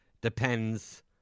depends